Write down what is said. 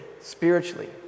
spiritually